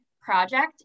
project